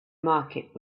market